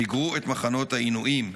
סגרו את מחנות העינויים.